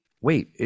wait